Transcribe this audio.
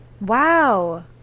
Wow